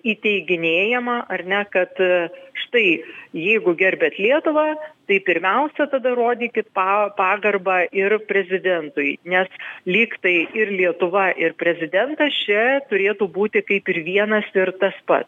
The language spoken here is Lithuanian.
įteiginėjama ar ne kad štai jeigu gerbiat lietuvą tai pirmiausia tada rodykit pa pagarbą ir prezidentui nes lyg tai ir lietuva ir prezidentas čia turėtų būti kaip ir vienas ir tas pats